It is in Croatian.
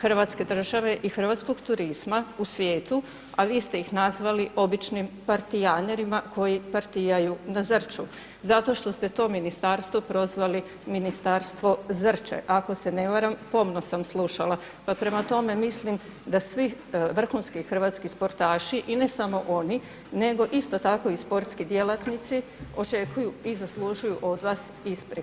hrvatske države i hrvatskog turizma u svijetu, a vi ste ih nazvali običnim partijanerima koji partijaju na Zrću zato što ste to ministarstvo prozvali ministarstvo Zrće ako se ne varam, pomno sam slušala, pa prema tome mislim da svi vrhunski hrvatski sportaši i ne samo oni, nego isto tako i sportski djelatnici očekuju i zaslužuju od vas ispriku.